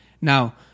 Now